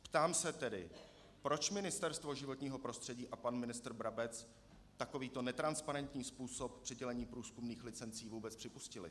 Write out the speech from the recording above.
Ptám se tedy, proč Ministerstvo životního prostředí a pan ministr Brabec takovýto netransparentní způsob přidělení průzkumných licencí vůbec připustili?